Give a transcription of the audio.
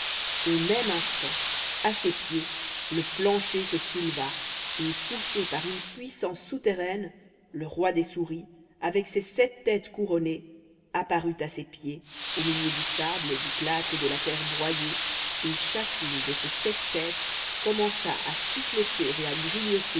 au même instant à ses pieds le plancher se souleva et poussé par une puissance souterraine le roi des souris avec ses sept têtes couronnées apparut à ses pieds au milieu du sable du plâtre et de la terre broyée et chacune de ces sept têtes commença à siffloter et à grignoter